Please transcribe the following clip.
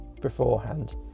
beforehand